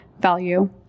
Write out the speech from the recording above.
value